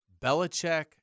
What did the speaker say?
Belichick